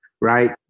right